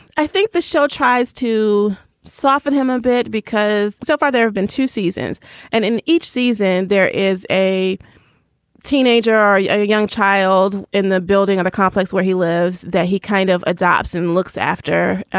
i think the show tries to soften him a bit because so far there have been two seasons and in each season there is a teenager or a yeah young child in the building on the complex where he lives that he kind of adopts and looks after.